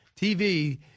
TV